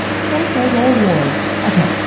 so says ol' ward. okay,